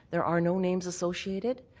there are no names associated.